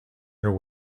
her